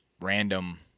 random